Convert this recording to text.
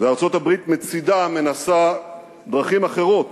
וארצות-הברית מצדה מנסה דרכים אחרות